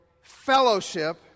fellowship